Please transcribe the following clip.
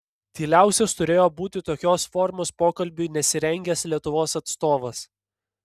tyliausias turėjo būti tokios formos pokalbiui nesirengęs lietuvos atstovas